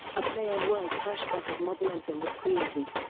a play on words hashtag of moggmentum was created.